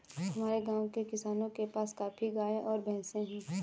हमारे गाँव के किसानों के पास काफी गायें और भैंस है